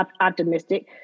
optimistic